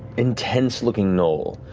intense-looking gnoll.